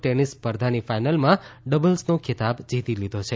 tennis સ્પર્ધાની ફાઈનલમાં ડબલ્સનો ખિતાબ જીતી લીધો છે